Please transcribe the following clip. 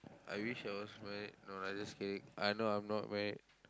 I wish I was married no I just kidding uh no I'm not married